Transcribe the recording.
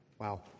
Wow